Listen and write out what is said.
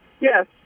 yes